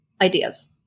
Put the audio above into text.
ideas